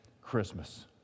Christmas